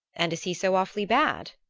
and is he so awfully bad?